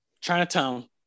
Chinatown